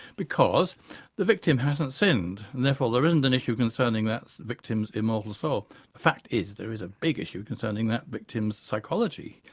because the victim hasn't sinned and therefore there isn't an issue concerning that victim's immortal soul. the fact is there is a big issue concerning that victim's psychology.